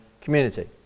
community